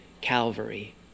Calvary